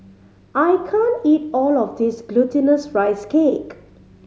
I can't eat all of this Glutinous Rice Cake